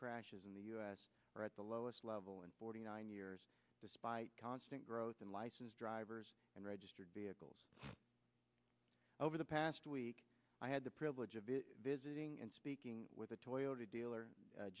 crashes in the u s are at the lowest level in forty nine years despite constant growth in license drivers and registered vehicles over the past week i had the privilege of visiting and speaking with a toyota dealer